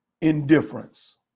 indifference